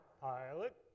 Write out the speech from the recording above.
Pilot